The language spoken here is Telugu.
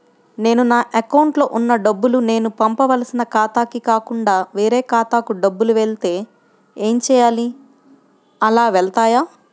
నేను నా అకౌంట్లో వున్న డబ్బులు నేను పంపవలసిన ఖాతాకి కాకుండా వేరే ఖాతాకు డబ్బులు వెళ్తే ఏంచేయాలి? అలా వెళ్తాయా?